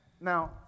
Now